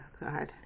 God